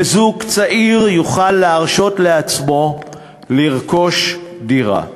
שזוג צעיר יוכל להרשות לעצמו לרכוש דירה.